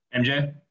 MJ